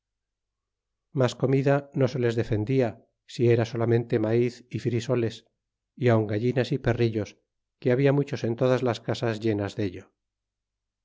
mas comida no se les defendia si era solamente maiz é frisoles y aun gallinas y perrillos que habia muchos en todas las casas llenas dello